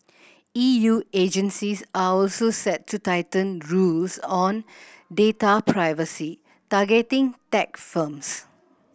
E U agencies are also set to tighten rules on data privacy targeting tech firms